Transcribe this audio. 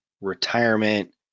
retirement